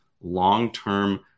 long-term